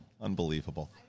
Unbelievable